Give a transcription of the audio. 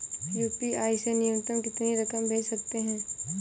UPI से न्यूनतम कितनी रकम भेज सकते हैं?